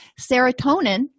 Serotonin